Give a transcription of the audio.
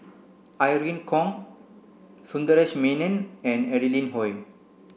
Irene Khong Sundaresh Menon and Adeline Ooi